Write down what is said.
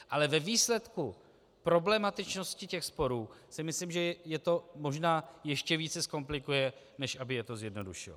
Ale ve výsledku problematičnosti těch sporů si myslím, že je to možná ještě více zkomplikuje, než aby je to zjednodušilo.